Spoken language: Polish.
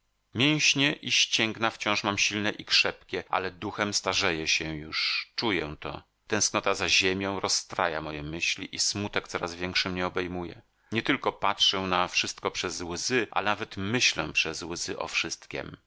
mięśnie i ścięgna wciąż mam silne i krzepkie ale duchem starzeję się już czuję to tęsknota za ziemią rozstraja moje myśli i smutek coraz większy mnie obejmuje nie tylko patrzę na wszystko przez łzy ale nawet myślę przez łzy o wszystkiem